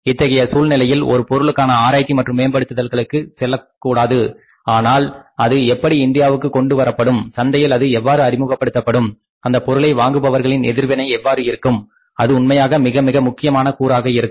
இத்தகைய சூழ்நிலையில் ஒரு பொருளுக்கான ஆராய்ச்சி மற்றும் மேம்படுத்துதல்களுக்கு செல்லக் கூடாது ஆனால் அது எப்படி இந்தியாவுக்கு கொண்டு வரப்படும் சந்தையில் அது எவ்வாறு அறிமுகப்படுத்தப்படும் அந்தப் பொருளை வாங்குபவர்களின் எதிர்வினை எவ்வாறு இருக்கும் அது உண்மையாக மிக மிக முக்கியமான கூறாக இருக்கும்